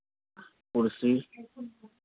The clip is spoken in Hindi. कुर्सी